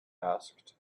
asked